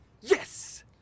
Yes